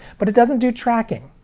but it doesn't do tracking.